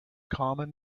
common